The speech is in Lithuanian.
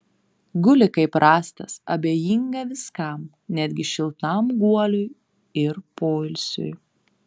guli kaip rąstas abejinga viskam netgi šiltam guoliui ir poilsiui